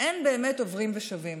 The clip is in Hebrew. אין באמת עוברים ושבים,